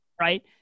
right